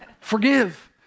Forgive